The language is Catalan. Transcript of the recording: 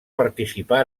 participar